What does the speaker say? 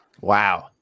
Wow